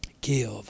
give